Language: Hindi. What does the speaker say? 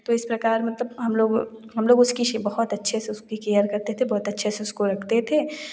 तो इस प्रकार मतलब हम लोग हम लोग उसकी से बहुत अच्छे से उसकी केयर करते थे बहुत अच्छे से उसको रखते थे